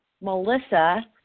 Melissa